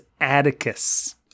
Atticus